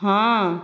ହଁ